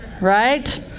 Right